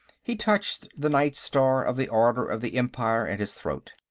he touched the knight's star of the order of the empire at his throat.